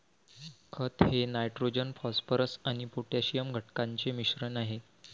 खत हे nitrogen phosphorus आणि पोटॅशियम घटकांचे मिश्रण आहे